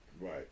Right